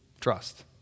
Trust